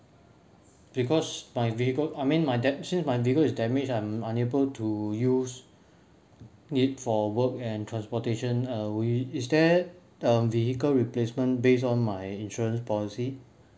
because my vehicle I mean my dam~ since my vehicle is damaged I'm unable to use it for work and transportation uh will you is there a vehicle replacement based on my insurance policy